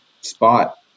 spot